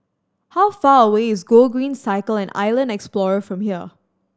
how far away is Gogreen Cycle and Island Explorer from here